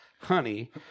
honey